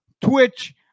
Twitch